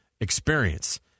experience